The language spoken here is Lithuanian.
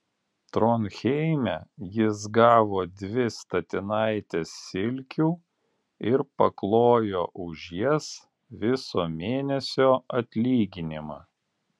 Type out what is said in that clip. tronheime jis gavo dvi statinaites silkių ir paklojo už jas viso mėnesio atlyginimą